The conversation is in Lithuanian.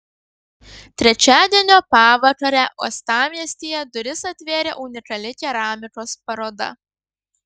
trečiadienio pavakarę uostamiestyje duris atvėrė unikali keramikos paroda